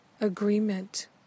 agreement